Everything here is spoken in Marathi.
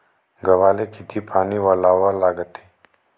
गव्हाले किती पानी वलवा लागते?